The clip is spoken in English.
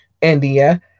India